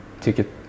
ticket